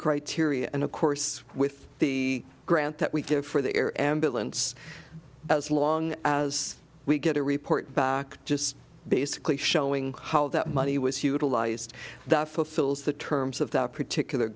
criteria and of course with the grant that we did for the air ambulance as long as we get a report back just basically showing how that money was utilized that fulfills the terms of that particular